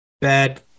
bad